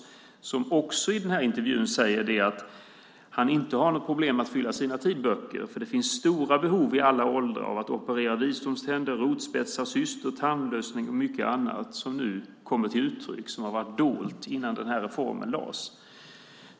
Han säger också i intervjun att han inte har några problem att fylla sina tidböcker, för det finns stora behov i alla åldrar av att operera visdomständer, rotspetsar, cystor, tandlossning och mycket annat som nu kommer till uttryck och som varit dolt innan den här reformen genomfördes.